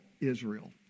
Israel